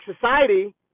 society